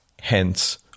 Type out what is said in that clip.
Hence